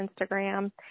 Instagram